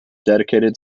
dedicated